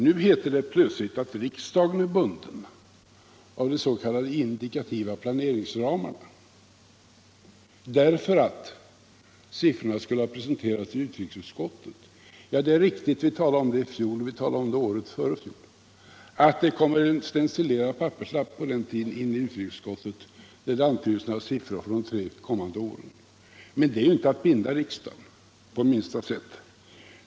Nu heter det plötsligt att riksdagen är bunden av de s.k. indikativa planeringsramarna, därför att siffrorna skulle ha presenterats i utrikesutskottet. Det är riktigt — vi talade om det i fjol, och vi talade om det året dessförinnan — att det kom en stencilerad papperslapp till utrikesutskottet där det antyddes några siffror för de tre kommande åren. Men detta är ju inte att binda riksdagen på minsta sätt.